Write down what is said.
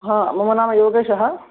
हा मम नाम योगेशः